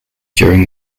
during